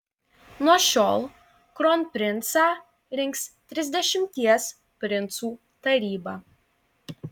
nuo šiol kronprincą rinks trisdešimties princų taryba